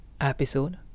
episode